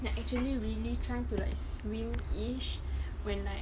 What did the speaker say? like actually really trying to like swim is when like